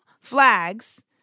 flags